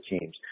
teams